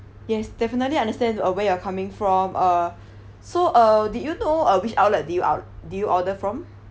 yes definitely understand uh where you are coming from uh so uh did you know uh which outlet did you o~ did you order from